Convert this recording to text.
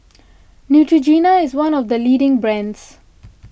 Neutrogena is one of the leading brands